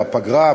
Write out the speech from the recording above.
הפגרה,